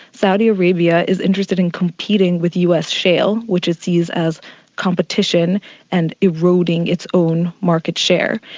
saudi arabia is interested in competing with us shale, which it sees as competition and eroding its own market share.